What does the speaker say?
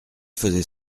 faisait